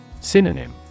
Synonym